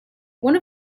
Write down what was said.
one